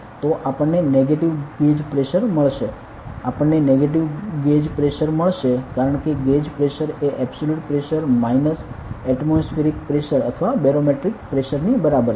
તો આપણને negative gauge pressure મળશે આપણ ને નેગેટિવ ગેજ પ્રેશર મળશે કારણ કે ગેજ પ્રેશર એ absolute pressure minus atmospheric pressure અથવા બેરોમેટ્રિક પ્રેશર ની બરાબર છે